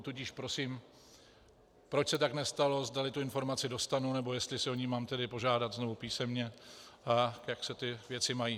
Tudíž prosím, proč se tak nestalo, zdali informaci dostanu, nebo jestli si o ni mám tedy požádat znovu písemně a jak se věci mají.